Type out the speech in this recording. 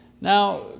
Now